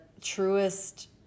truest